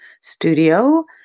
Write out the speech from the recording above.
studio